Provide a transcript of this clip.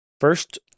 First